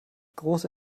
große